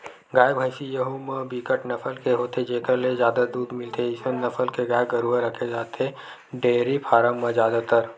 गाय, भइसी यहूँ म बिकट नसल के होथे जेखर ले जादा दूद मिलथे अइसन नसल के गाय गरुवा रखे जाथे डेयरी फारम म जादातर